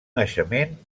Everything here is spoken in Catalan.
naixement